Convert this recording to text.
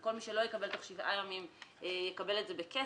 וכל מי שלא יקבל תוך שבעה ימים יקבל את זה בכסף,